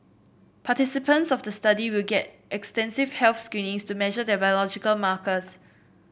participants of the study will get extensive health screenings to measure their biological markers